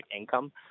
income